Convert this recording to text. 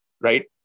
right